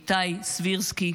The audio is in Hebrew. איתי סבירסקי,